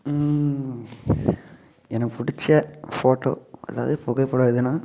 எனக்கு பிடிச்ச ஃபோட்டோ அதாவது புகைப்படம் எதுனால்